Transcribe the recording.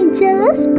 jealous